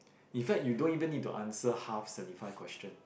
in fact you don't even need to answer half seventy five questions